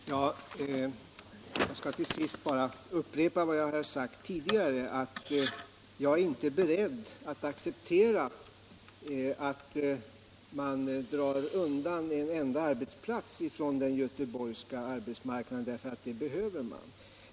Herr talman! Jag vill till sist bara upprepa vad jag har sagt tidigare, nämligen att jag inte är beredd att acceptera att man drar undan en enda arbetsplats från den göteborgska arbetsmarknaden — den behöver alla sina arbetstillfällen.